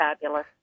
fabulous